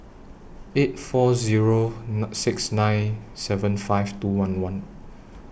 eight four Zero nine six nine seven five two one one